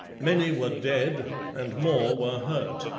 many were dead and more were hurt,